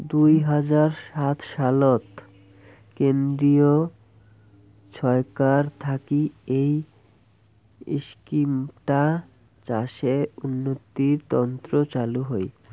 দুই হাজার সাত সালত কেন্দ্রীয় ছরকার থাকি এই ইস্কিমটা চাষের উন্নতির তন্ন চালু হই